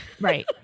right